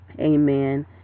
amen